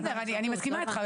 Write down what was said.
בסדר אני מסכימה איתך,